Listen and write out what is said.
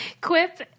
Quip